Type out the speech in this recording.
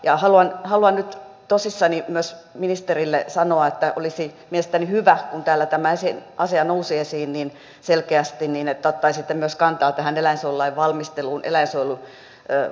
ja haluan nyt tosissani myös ministerille sanoa että olisi mielestäni hyvä kun täällä tämä asia nousi esiin niin selkeästi että ottaisitte kantaa myös tähän eläinsuojelulain valmisteluun eläinsuojeluvaltuutetun virkaan